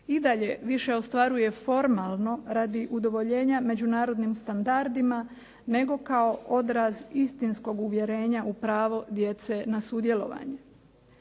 i dalje više ostvaruje formalno radi udovoljenja međunarodnim standardima, nego kao odraz istinskog uvjerenja u pravo djece na sudjelovanje.